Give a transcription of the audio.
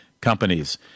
companies